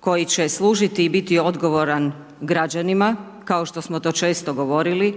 koji će služiti i biti odgovoran građanima, kao što smo to često govorili